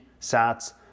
sats